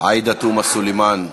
עאידה תומא סלימאן.